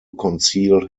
conceal